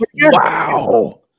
Wow